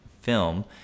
film